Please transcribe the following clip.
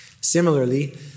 Similarly